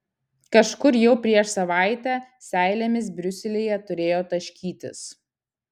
kažkur jau prieš savaitę seilėmis briuselyje turėjo taškytis